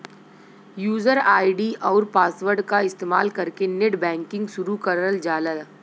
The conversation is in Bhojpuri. यूजर आई.डी आउर पासवर्ड क इस्तेमाल कइके नेटबैंकिंग शुरू करल जाला